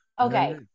okay